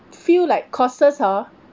feel like courses hor